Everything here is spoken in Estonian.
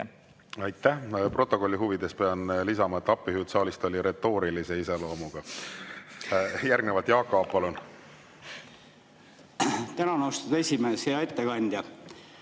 Aitäh! Protokolli huvides pean lisama, et appihüüd saalist oli retoorilise iseloomuga. Järgnevalt Jaak Aab, palun! Tänan, austatud esimees! Hea ettekandja!